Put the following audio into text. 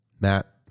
Matt